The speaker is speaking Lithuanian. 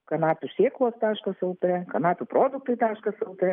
kanapių sėklos taškas lt kanapių produktai taškas lt